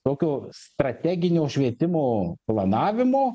tokio strateginio švietimo planavimo